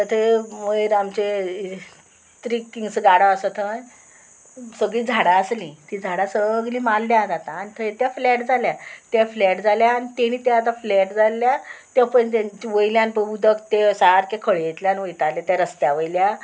अथंय वयर आमचे त्री किंगसो गाडो आसा थंय सगळीं झाडां आसलीं तीं झाडां सगलीं मारल्यात आतां आनी थंय त्या फ्लॅट जाल्या तें फ्लॅट जाल्या आनी तेणी तें आतां फ्लॅट जाल्ल्या ते पळय तेंचे वयल्यान पळय उदक तें सारके खळयेंतल्यान वयताले त्या रस्त्या वयल्या